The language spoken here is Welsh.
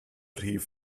rhif